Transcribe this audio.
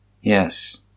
Yes